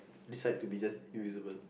decide to be just invisible